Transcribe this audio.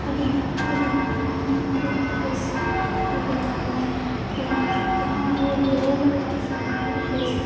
ᱟᱹᱰᱤ ᱟᱹᱰᱤ ᱢᱮᱱᱠᱷᱟᱱ ᱟᱹᱰᱤ ᱵᱮᱥ ᱦᱚᱲᱜᱮ ᱛᱟᱦᱮᱸᱞᱮᱱᱟᱭ ᱡᱟᱦᱟᱸ ᱡᱟᱦᱟᱸ ᱟᱡᱜᱮ ᱚᱞᱟᱠᱟᱫᱟ ᱥᱮ ᱟᱹᱰᱤ ᱵᱮᱥ